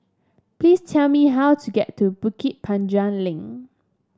please tell me how to get to Bukit Panjang Link